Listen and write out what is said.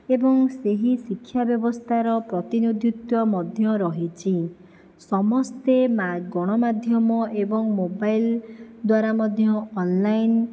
ଏବଂ ସେହି ଶିକ୍ଷା ବ୍ୟବସ୍ଥାର ପ୍ରତିନିଧିତ୍ଵ ମଧ୍ୟ ରହିଛି ସମସ୍ତେ ଗଣମାଧ୍ୟମ ଏବଂ ମୋବାଇଲ ଦ୍ଵାରା ମଧ୍ୟ ଅନଲାଇନ୍